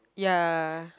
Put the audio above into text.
ya